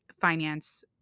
finance